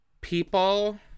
people